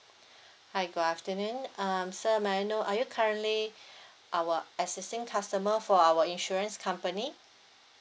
hi good afternoon um sir may I know are you currently our existing customer for our insurance company